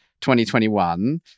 2021